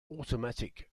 automatic